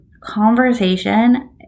conversation